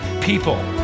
people